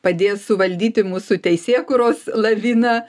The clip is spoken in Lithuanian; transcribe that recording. padės suvaldyti mūsų teisėkūros laviną